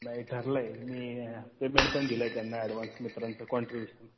नाही ठरलं आहे मी पेमेंट पण दिलं आहे त्यांना ॲडव्हान्स मित्रांचं कॉन्ट्रीब्युशन